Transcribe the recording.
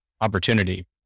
opportunity